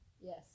Yes